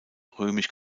römisch